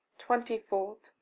twenty four.